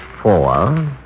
four